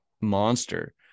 monster